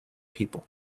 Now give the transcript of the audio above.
people